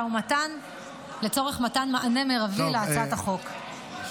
ומתן לצורך מתן מענה מרבי בהצעת החוק.